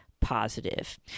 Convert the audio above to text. positive